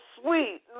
sweet